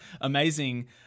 amazing